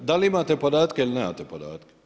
Da li imate podatke ili nemate podatke?